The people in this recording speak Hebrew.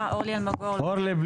אני לא